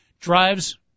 drives